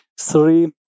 three